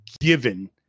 given